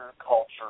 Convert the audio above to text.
culture